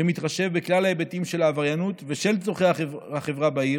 שמתחשב בכלל ההיבטים של העבריינות ושל צורכי החברה בעיר,